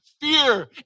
fear